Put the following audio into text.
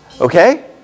okay